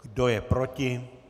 Kdo je proti?